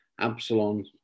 Absalom